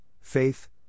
faith